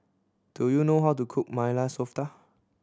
do you know how to cook Maili Softa